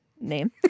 name